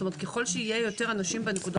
למה?